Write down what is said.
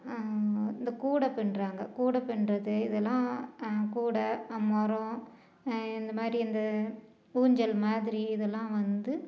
இந்த கூடை பின்னுறாங்க கூடை பின்னுறது இதெல்லாம் கூடை முரோம் இந்த மாதிரி இந்த ஊஞ்சல் மாதிரி இதெல்லாம் வந்து